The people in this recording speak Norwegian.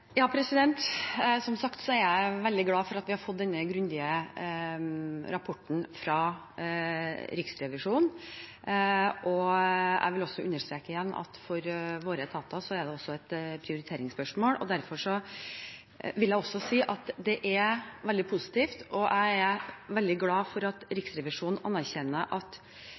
Som sagt er jeg veldig glad for at vi har fått denne grundige rapporten fra Riksrevisjonen. Jeg vil understreke igjen at for våre etater er det et prioriteringsspørsmål. Derfor vil jeg si at det er veldig positivt, og jeg er veldig glad for, at Riksrevisjonen anerkjenner at